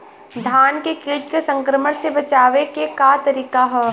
धान के कीट संक्रमण से बचावे क का तरीका ह?